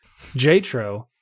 Jatro